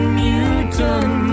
mutant